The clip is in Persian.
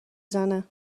زنه